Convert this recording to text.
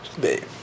babe